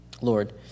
Lord